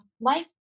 life